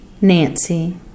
Nancy